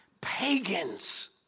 Pagans